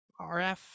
RF